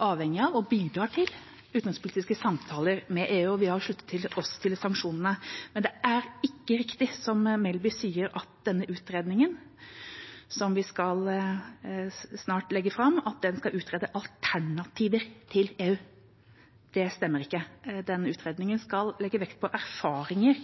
avhengige av – og bidrar til – utenrikspolitiske samtaler med EU, og vi har sluttet oss til sanksjonene. Men det er ikke riktig som Melby sier, at denne utredningen – som vi snart skal legge fram – skal utrede alternativer til EU. Det stemmer ikke. Utredningen skal legge vekt på erfaringer